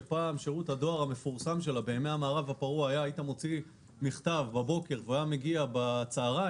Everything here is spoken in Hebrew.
שפעם היית מוציא מכתב בבוקר והוא היה מגיע בצוהריים